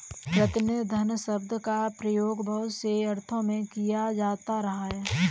प्रतिनिधि धन शब्द का प्रयोग बहुत से अर्थों में किया जाता रहा है